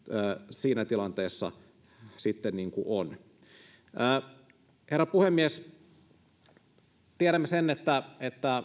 siinä tilanteessa sitten on herra puhemies tiedämme että